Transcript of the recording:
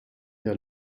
der